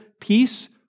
peace